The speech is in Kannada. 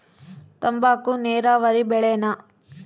ತಂಬಾಕು ನೇರಾವರಿ ಬೆಳೆನಾ?